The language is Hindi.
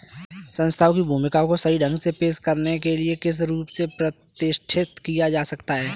संस्थानों की भूमिका को सही ढंग से पेश करने के लिए किस रूप से प्रतिष्ठित किया जा सकता है?